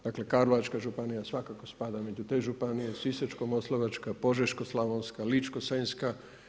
Dakle Karlovačka županija svakako spada među te županije, Sisačko-moslavačka, Požeško-slavonska, Ličko-senjska.